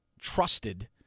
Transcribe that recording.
trusted